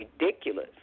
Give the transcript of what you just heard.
ridiculous